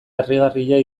harrigarria